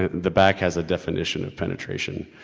the back has a definition of penetration,